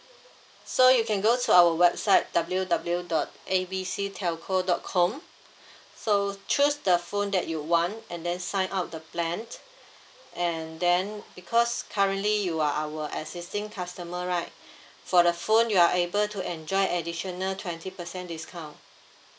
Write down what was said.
so you can go to our website W W W dot A B C telco dot com so choose the phone that you want and then sign up the plan and then because currently you are our existing customer right for the phone you are able to enjoy additional twenty percent discount